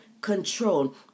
control